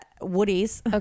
Woody's